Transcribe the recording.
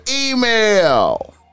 email